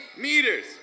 meters